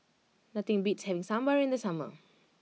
nothing beats having Sambar in the summer